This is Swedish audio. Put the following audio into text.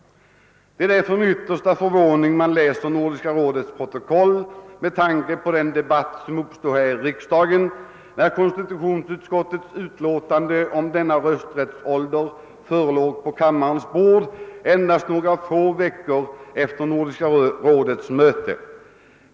Det är med yttersta förvåning man läser Nordiska rådets protokoll med tanke på den debatt som uppstod här i riksdagen när konstitutionsutskottets utlåtande om rösträttsåldern låg på kammarens bord endast några få veckor efter Nordiska rådets möte.